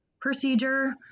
procedure